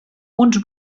uns